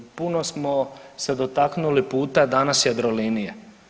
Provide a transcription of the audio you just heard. Puno smo se dotaknuli puta danas Jadrolinije.